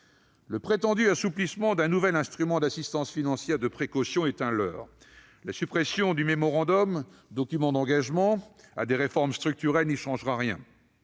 Le prétendu assouplissement d'un nouvel instrument d'assistance financière de précaution est un leurre. La suppression du mémorandum, document d'engagement à des réformes structurelles, n'y changera rien.